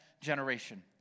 generation